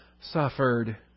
suffered